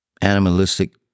animalistic